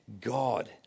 God